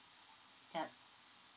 yup